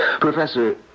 Professor